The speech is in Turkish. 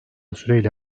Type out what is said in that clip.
süreyle